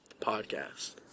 podcast